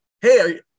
Hey